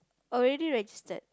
already registered